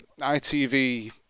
ITV